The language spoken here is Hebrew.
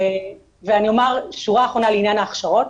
ואני אומר שורה אחרונה לעניין ההכשרות,